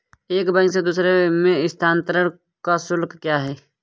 एक बैंक से दूसरे बैंक में स्थानांतरण का शुल्क क्या है?